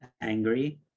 angry